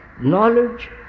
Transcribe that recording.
knowledge